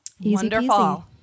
Wonderful